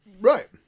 Right